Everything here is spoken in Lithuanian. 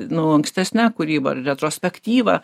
nu ankstesne kūryba ir retrospektyva